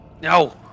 No